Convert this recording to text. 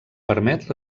permet